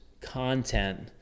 content